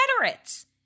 Confederates